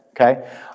Okay